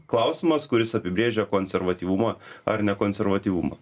klausimas kuris apibrėžia konservatyvumą ar nekonservatyvumą